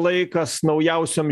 laikas naujausiom